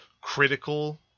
critical